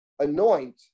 anoint